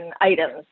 items